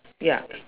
ya